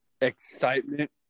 excitement